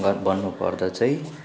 भन्नु पर्दा चाहिँ